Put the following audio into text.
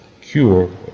cure